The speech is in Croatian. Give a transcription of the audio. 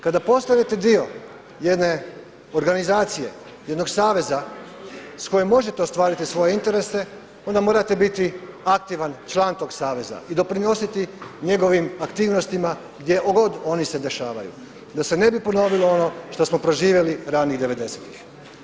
Kada postanete dio jedne organizacije, jednog saveza s kojim možete ostvariti svoje interese onda morate bitki aktivan član tog saveza i doprinositi njegovim aktivnostima gdje god oni se dešavaju, da se ne bi ponovilo ono što smo proživjeli ranih devedesetih.